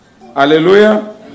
Hallelujah